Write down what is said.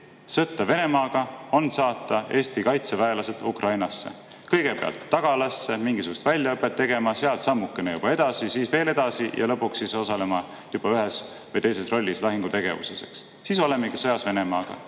sõtta Venemaaga on saata Eesti kaitseväelased Ukrainasse – kõigepealt tagalasse mingisugust väljaõpet tegema, sealt sammukene juba edasi, siis veel edasi ja lõpuks osalema juba ühes või teises rollis lahingutegevuses. Siis olemegi sõjas Venemaaga.